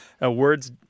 Words